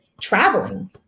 traveling